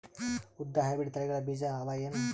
ಉದ್ದ ಹೈಬ್ರಿಡ್ ತಳಿಗಳ ಬೀಜ ಅವ ಏನು?